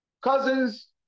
cousins